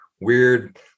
weird